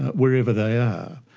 wherever they are.